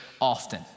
often